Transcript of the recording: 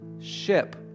ship